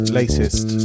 latest